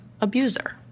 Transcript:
abuser